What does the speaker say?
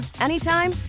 anytime